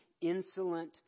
insolent